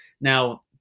Now